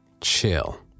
chill